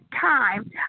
time